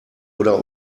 oder